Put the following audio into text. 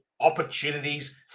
opportunities